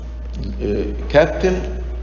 captain